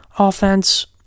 offense